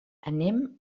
anem